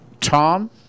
Tom